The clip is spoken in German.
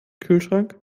kühlschrank